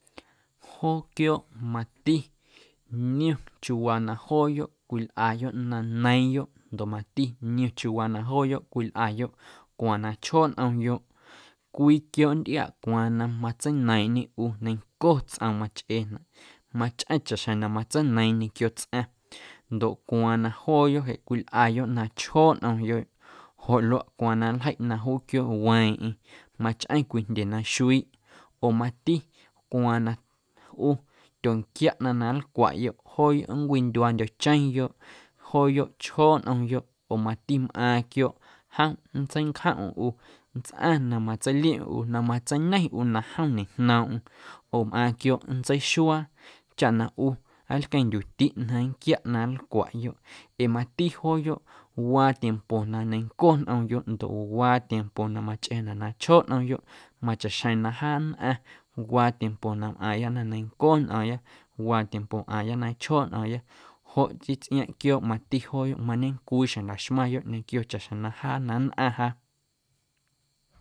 Joo quiooꞌ mati niom chiuuwaa na jooyoꞌ cwilꞌayoꞌ na neiiⁿyoꞌ ndoꞌ mati niom chiuuwaa na jooyoꞌ cwilꞌayoꞌ cwaaⁿ na chjoo nꞌomyoꞌ cwii quiooꞌ nntꞌiaꞌ cwaaⁿ na matseineiⁿꞌñe ꞌu neiⁿnco tsꞌoom machꞌeenaꞌ machꞌeⁿ chaꞌxjeⁿ na matseineiiⁿ ñequio tsꞌaⁿ ndoꞌ cwaaⁿ na jooyoꞌ jeꞌ cwilꞌayoꞌ na chjooꞌ nꞌomyoꞌ joꞌ luaꞌ cwaaⁿ na nljeiꞌ na juuyoꞌ weeⁿꞌeⁿ machꞌeⁿ cwii jndye na xuiiꞌ oo mati cwaaⁿ na ꞌu tyonquiaꞌ ꞌnaⁿ na nlcwaꞌyoꞌ jooyoꞌ nncwindyuaandyo̱cheⁿyoꞌ, jooyoꞌ chjooꞌ nꞌomyoꞌ oo mati mꞌaaⁿ quiooꞌ jom nntseincjomꞌm ꞌu nntsꞌaⁿ na matseiliomꞌm ꞌu na matseiñe ꞌu na jom ñejnoomꞌm oo mꞌaaⁿ quiooꞌ nntseixuaa chaꞌ na ꞌu nlqueⁿndyuꞌtiꞌ na nnquiaꞌ ꞌnaⁿ nlcwaꞌyoꞌ ee mati jooyoꞌ waa tiempo na ñenco nꞌomyoꞌ ndoꞌ waa tiempo na machꞌeenaꞌ na chjooꞌ nꞌomyoꞌ machaꞌxjeⁿ na jaa nnꞌaⁿ waa tiempo na mꞌaaⁿya na neiⁿnco nꞌo̱o̱ⁿya, waa tiempo mꞌaaⁿya na chjooꞌ nꞌo̱o̱ⁿya joꞌ chii tsꞌiaaⁿꞌ quiooꞌ mati jooyoꞌ mañecwii xjeⁿ laxmaⁿyoꞌ ñequio chaꞌxjeⁿ na jaa na nnꞌaⁿ jaa.